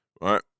right